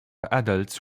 adults